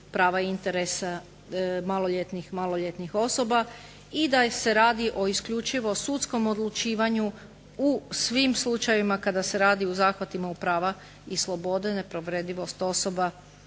prava i interesa maloljetnih osoba i da se radi o isključivo sudskom odlučivanju u svim slučajevima kada se radi u zahvatima u prava i slobode, nepovredivost osoba